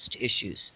issues